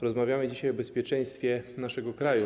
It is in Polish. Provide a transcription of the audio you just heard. Rozmawiamy dzisiaj o bezpieczeństwie naszego kraju.